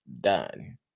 done